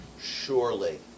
Surely